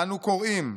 "אנו קוראים,